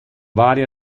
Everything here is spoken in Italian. varia